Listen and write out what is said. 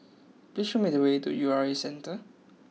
please show me the way to U R A Centre